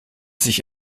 sich